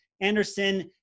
Anderson